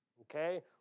okay